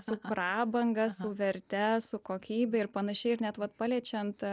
su prabanga su verte su kokybe ir panašiai ir net vat paliečiant